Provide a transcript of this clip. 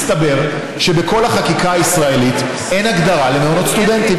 מסתבר שבכל החקיקה הישראלית אין הגדרה למעונות סטודנטים.